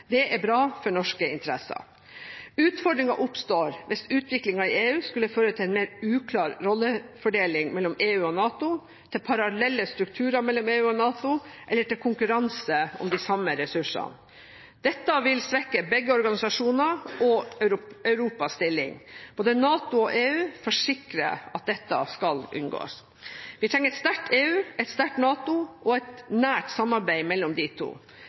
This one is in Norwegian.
Det er bra for norske interesser. Utfordringen oppstår hvis utviklingen i EU skulle føre til en mer uklar rollefordeling mellom EU og NATO, til parallelle strukturer mellom EU og NATO eller til konkurranse om de samme ressursene. Dette vil svekke begge organisasjoner og Europas stilling. Både NATO og EU forsikrer at dette skal unngås. Vi trenger et sterkt EU, et sterkt NATO og et nært samarbeid mellom de to.